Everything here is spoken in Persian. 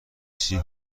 چیز